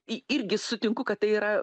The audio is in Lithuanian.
i irgi sutinku kad tai yra